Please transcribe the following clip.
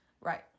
Right